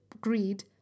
greed